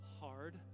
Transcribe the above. hard